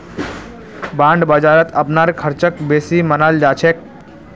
bond बाजारत अपनार ख़र्चक बेसी मनाल जा छेक